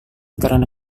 karena